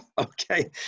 Okay